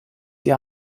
sie